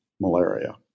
malaria